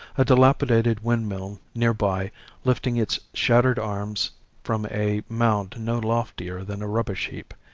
a dilapidated windmill near by lifting its shattered arms from a mound no loftier than a rubbish heap,